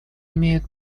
имеют